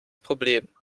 problem